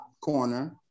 Corner